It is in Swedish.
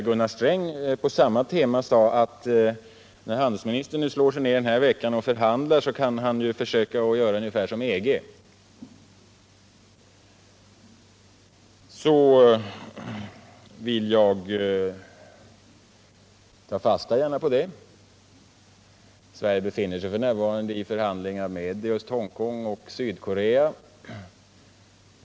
Gunnar Sträng utvecklade samma tema och sade att handelsministern när han denna vecka slår sig ned och förhandlar bör försöka göra på samma sätt som EG. Jag vill ta fasta på det. Sverige befinner sig f.n. i förhandlingar med just Hongkong och Sydkorea.